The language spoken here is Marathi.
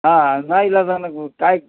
हां नाईलाजानं हो काय